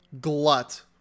glut